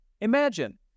Imagine